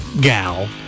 gal